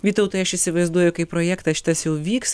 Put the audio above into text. vytautai aš įsivaizduoju kaip projektas šitas jau vyks